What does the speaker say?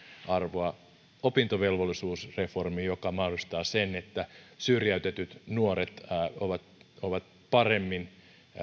arvoa opintovelvollisuusreformi joka mahdollistaa sen että syrjäytetyt nuoret ovat ovat paremmin